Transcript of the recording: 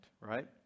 right